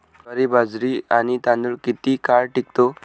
ज्वारी, बाजरी आणि तांदूळ किती काळ टिकतो?